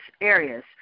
areas